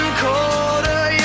colder